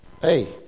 hey